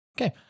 Okay